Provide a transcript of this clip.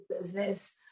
business